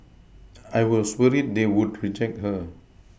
I was worried they would reject her